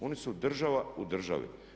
Oni su država u državi.